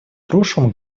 прошлом